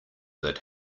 that